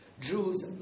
Jews